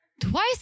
twice